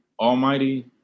almighty